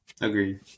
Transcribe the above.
Agreed